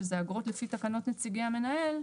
שזה אגרות לפי תקנות נציגי המנהל,